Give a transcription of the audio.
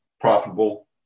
profitable